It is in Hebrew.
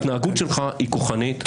ההתנהגות שלך היא כוחנית -- תודה.